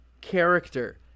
Character